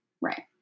Right